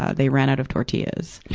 ah they ran out of tortillas.